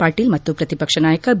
ಪಾಟೀಲ್ ಮತ್ತು ಪ್ರತಿಪಕ್ಷ ನಾಯಕ ಬಿ